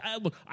look